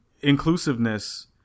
inclusiveness